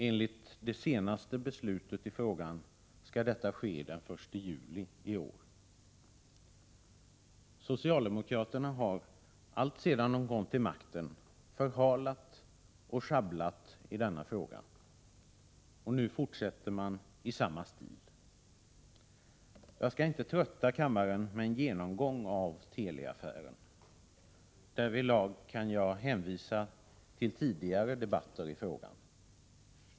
Enligt det senaste beslutet i frågan skall detta ske den 1 juli i år. Socialdemokraterna har alltsedan de kom till makten förhalat och schabblat i denna fråga. Nu fortsätter man i samma stil. Jag skall inte trötta kammaren med en genomgång av Teliaffären. Därvidlag kan jag hänvisa till tidigare debatter i frågan.